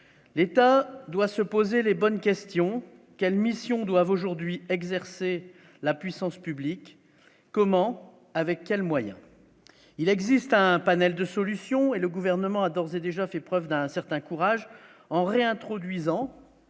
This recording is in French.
l'État doit se poser les bonnes questions : quelles missions doivent aujourd'hui exercé la puissance publique, comment, avec quels moyens il existe un panel de solutions et le gouvernement a d'ores et déjà fait preuve d'un certain courage en réintroduisant,